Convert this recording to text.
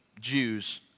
Jews